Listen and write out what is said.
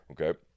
Okay